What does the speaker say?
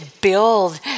build